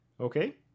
Okay